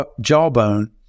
jawbone